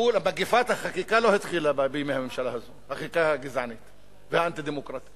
מגפת החקיקה הגזענית והאנטי-דמוקרטית